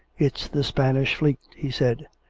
it's the spanish fleet! he said.